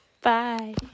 Bye